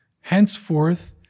Henceforth